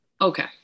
Okay